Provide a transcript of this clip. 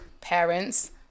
parents